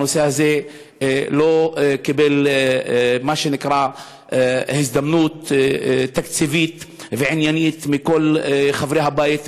הנושא הזה לא קיבל הזדמנות תקציבית ועניינית מכל חברי הבית,